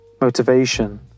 Motivation